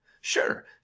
Sure